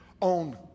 on